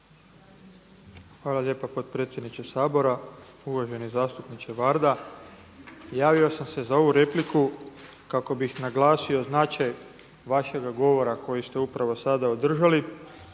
Hvala lijepo potpredsjedniče Sabora. Uvaženi zastupniče Varda. Javio sam se za ovu repliku kako bih naglasio značaj vašega govora kojega ste upravo sada održali.